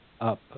up